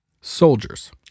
soldiers